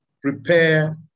prepare